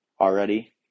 already